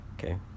Okay